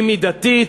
היא מידתית,